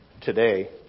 today